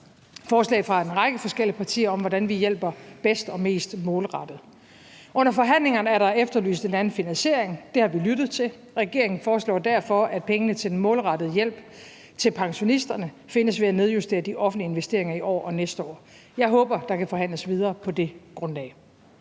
forslag fra en række forskellige partier om, hvordan vi hjælper bedst og mest målrettet. Under forhandlingerne er der efterlyst en anden finansiering. Det har vi lyttet til. Regeringen foreslår derfor, at pengene til den målrettede hjælp til pensionisterne findes ved at nedjustere de offentlige investeringer i år og næste år. Jeg håber, at der kan forhandles videre på det grundlag,